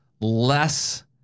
less